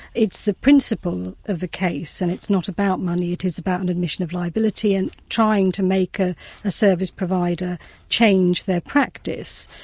it's the principle of the case and it's not about money, it is about an admission of liability and trying to make a service provider change their practice.